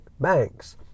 banks